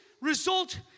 result